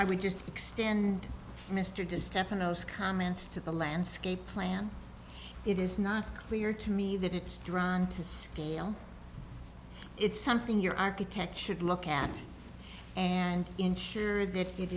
i would just extend mr just comments to the landscape plan it is not clear to me that it's drawn to scale it's something your architect should look at and ensure that it